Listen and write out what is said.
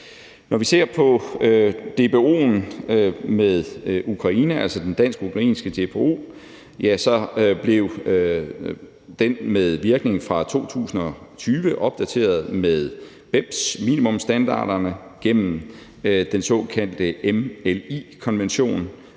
Når vi ser på DBO'en med Ukraine – altså den dansk-ukrainske DBO – blev den med virkning fra 2020 opdateret med BEPS-minimumsstandarderne gennem den såkaldte MLI-konvention,